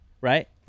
right